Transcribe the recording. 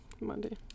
Monday